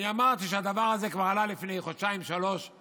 אני אמרתי שהדבר הזה כבר עלה לפני חודשיים או שלושה